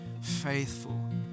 faithful